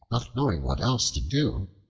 not knowing what else to do,